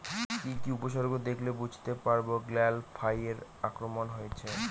কি কি উপসর্গ দেখলে বুঝতে পারব গ্যাল ফ্লাইয়ের আক্রমণ হয়েছে?